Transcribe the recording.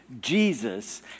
Jesus